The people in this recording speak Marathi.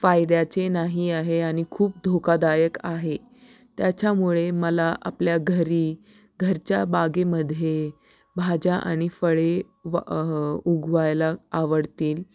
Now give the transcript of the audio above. फायद्याचे नाही आहे आणि खूप धोकादायक आहे त्याच्यामुळे मला आपल्या घरी घरच्या बागेमध्ये भाज्या आणि फळे वा उगवायला आवडतील